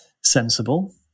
sensible